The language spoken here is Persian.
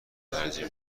ترجیح